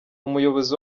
umuyobozi